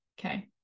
Okay